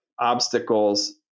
Obstacles